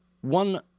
one